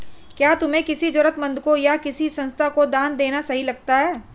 क्या तुम्हें किसी जरूरतमंद को या किसी संस्था को दान देना सही लगता है?